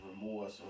remorse